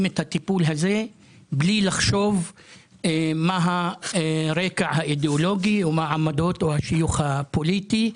טיפולים בלי לחשוב מה הרקע האידיאולוגי או מה העמדות או השיוך הפוליטי,